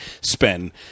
spend